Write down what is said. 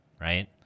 Right